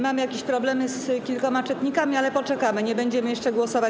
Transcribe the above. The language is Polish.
Mamy jakieś problemy z kilkoma czytnikami, ale poczekamy, nie będziemy jeszcze głosować.